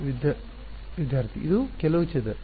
ವಿದ್ಯಾರ್ಥಿ ಇದು ಕೆಲವು ಚದರ